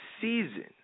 season